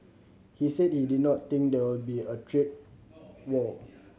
he said he did not think there will be a trade war